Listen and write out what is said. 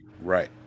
Right